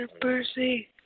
Percy